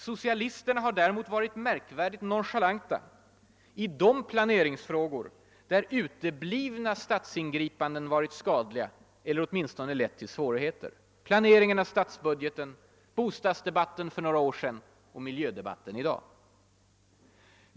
Socialisterna har däremot varit märkvärdigt nonchalanta i de planeringsfrågor där uteblivna statsingripanden varit skadliga eller åtminstone lett till svårigheter: planeringen av statsbudgeten, bostadsdebatten för några år sedan och miljödebatten i dag.